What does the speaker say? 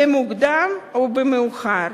במוקדם או במאוחר